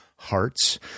hearts